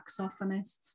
saxophonists